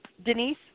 Denise